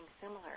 similar